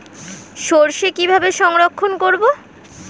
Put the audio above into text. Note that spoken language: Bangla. সরষে কিভাবে সংরক্ষণ করব?